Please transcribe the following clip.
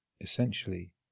essentially